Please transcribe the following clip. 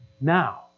now